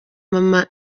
mama